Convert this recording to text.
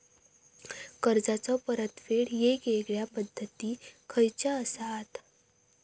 कर्जाचो परतफेड येगयेगल्या पद्धती खयच्या असात?